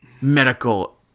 medical